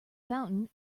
fountain